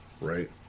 right